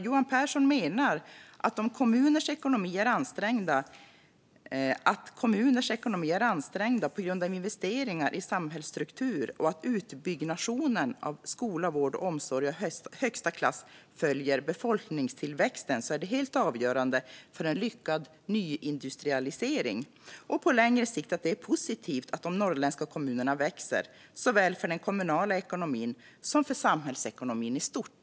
Johan Pehrson menar att kommuners ekonomi är ansträngd på grund av investeringar i samhällsstruktur och att utbyggnationen av skola, vård och omsorg av högsta klass följer befolkningstillväxten och är helt avgörande för en lyckad nyindustrialisering samt att det på längre sikt är positivt att de norrländska kommunerna växer, såväl för den kommunala ekonomin som för samhällsekonomin i stort.